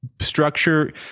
structure